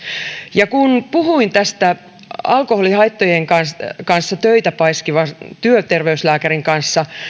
ja kun puhuin tästä alkoholihaittojen kanssa kanssa töitä paiskivan työterveyslääkärin kanssa